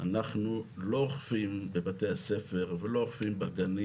אנחנו לא אוכפים בבתי הספר ואנחנו לא אוכפים בגנים.